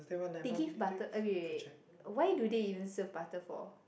they give butter eh wait wait wait what do they even serve butter for